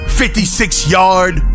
56-yard